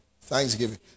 Thanksgiving